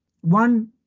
one